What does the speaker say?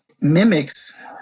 mimics